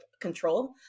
control